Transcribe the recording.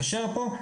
כשר פה.